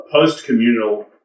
post-communal